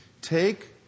take